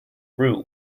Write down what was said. root